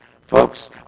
Folks